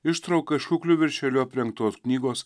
ištrauka iš kukliu viršeliu aprengtos knygos